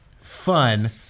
fun